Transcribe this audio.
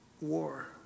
war